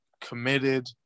committed